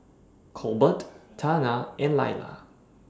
Colbert Tana and Laila